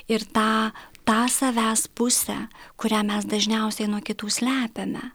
ir tą tą savęs pusę kurią mes dažniausiai nuo kitų slepiame